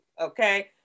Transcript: okay